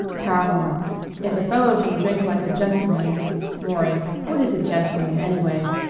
paramore if a fellow can drink like a gentleman maury what is a gentleman, anyway?